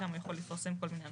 שם הוא יכול לפרסם כל מיני הנחיות.